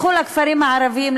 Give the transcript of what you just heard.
לכו לכפרים הערביים,